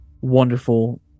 wonderful